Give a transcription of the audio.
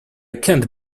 can’t